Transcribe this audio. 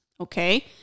Okay